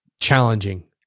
challenging